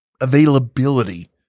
availability